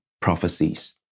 prophecies